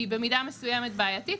היא במידה מסוימת בעייתית,